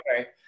okay